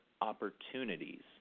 opportunities